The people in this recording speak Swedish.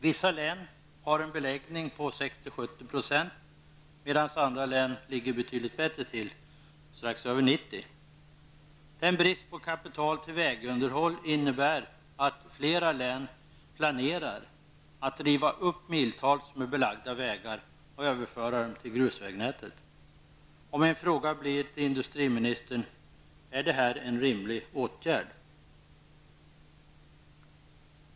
Vissa län har en beläggning om 60--70 %, medan andra län ligger betydligt bättre till -- strax över 90%. Bristen på kapital till vägunderhåll gör att man i flera län planerar att riva upp miltals med belagda vägar och överföra dessa till grusvägnätet. Min fråga till industriministern blir: Är det en rimlig åtgärd?